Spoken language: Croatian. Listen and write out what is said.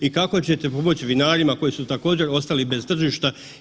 I kako ćete pomoć vinarima koji su također ostali bez tržišta?